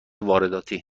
وارداتی